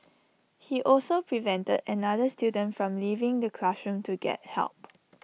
he also prevented another student from leaving the classroom to get help